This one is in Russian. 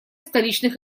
столичных